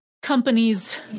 Companies